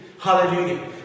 Hallelujah